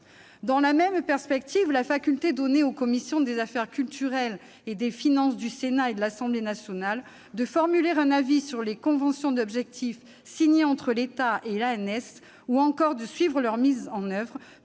Dans la même perspective, la faculté donnée aux commissions des affaires culturelles et à celles des finances du Sénat et de l'Assemblée nationale de formuler un avis sur les conventions d'objectifs signées entre l'État et l'ANS, ou encore de suivre leur mise en oeuvre,